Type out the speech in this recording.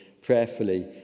prayerfully